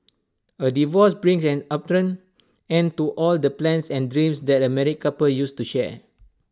A divorce brings an abrupt end to all the plans and dreams that A married couple used to share